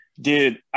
Dude